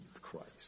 Christ